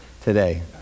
today